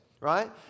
right